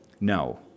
no